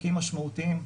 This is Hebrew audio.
תיקים משמעותיים,